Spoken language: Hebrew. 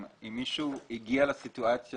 אם מישהו הגיע לסיטואציה